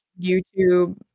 YouTube